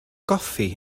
goffi